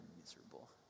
miserable